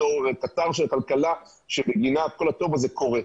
כקטר של כלכלה בגינם כל הטוב הזה קורה.